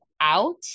out